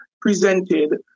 presented